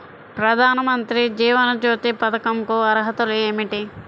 ప్రధాన మంత్రి జీవన జ్యోతి పథకంకు అర్హతలు ఏమిటి?